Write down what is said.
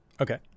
Okay